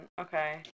okay